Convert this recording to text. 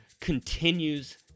continues